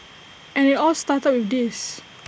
and IT all started with this